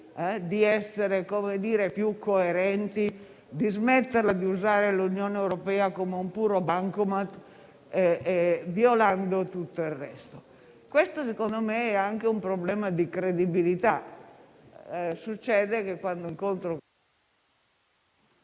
di essere più coerenti smettendola di usare l'Unione europea come un puro bancomat e violando tutto il resto? Questo, secondo me, è anche un problema di credibilità. Succede che quando incontro...